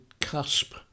cusp